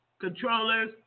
controllers